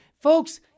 Folks